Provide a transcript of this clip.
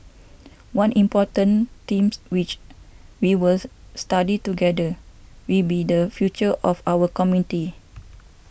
one important themes which we was study together will be the future of our comity